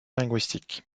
linguistiques